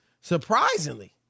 surprisingly